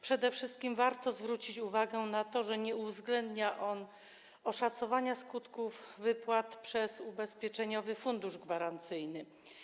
Przede wszystkim warto zwrócić uwagę na to, że nie uwzględnia on oszacowania skutków wypłat przez Ubezpieczeniowy Fundusz Gwarancyjny.